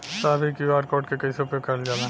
साहब इ QR code के कइसे उपयोग करल जाला?